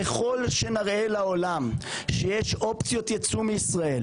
ככל שנראה לעולם שיש אופציות ייצוא מישראל